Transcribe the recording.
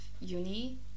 uni